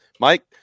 Mike